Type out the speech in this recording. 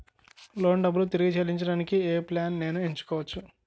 Loan డబ్బులు తిరిగి చెల్లించటానికి ఏ ప్లాన్ నేను ఎంచుకోవచ్చు?